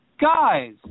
guys